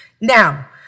Now